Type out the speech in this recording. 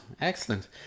Excellent